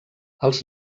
els